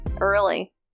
early